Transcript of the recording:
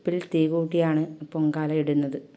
ടുപ്പിൽ തീ കുട്ടിയാണ് പൊങ്കാലയിടുന്നത്